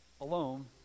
alone